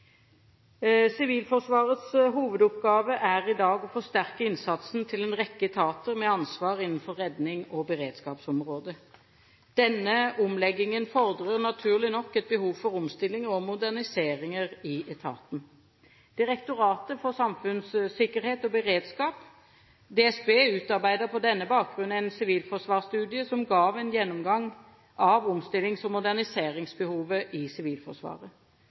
Sivilforsvarets hovedoppgave er i dag å forsterke innsatsen til en rekke etater med ansvar innenfor rednings- og beredskapsområdet. Denne omleggingen fordrer naturlig nok et behov for omstillinger og moderniseringer i etaten. Direktoratet for samfunnssikkerhet og beredskap – DSB – utarbeidet på denne bakgrunn en sivilforsvarsstudie som ga en gjennomgang av omstillings- og moderniseringsbehovet i Sivilforsvaret.